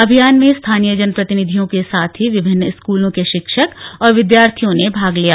अभियान में स्थानीय जन प्रतिनिधियों के साथ ही विभिन्न स्कूलों के शिक्षक और विद्यार्थियों ने भाग लिया